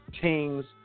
teams